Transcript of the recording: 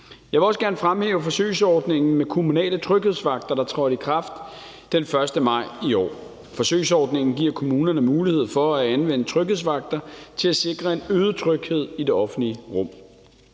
Jeg vil også gerne fremhæve forsøgsordningen med kommunale tryghedsvagter, der trådte i kraft den 1. maj i år. Forsøgsordningen giver kommunerne mulighed for at anvende tryghedsvagter til at sikre en øget tryghed i det offentlige rum.